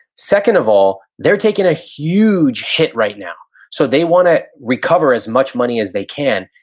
second of all, they're taking a huge hit right now, so they wanna recover as much money as they can.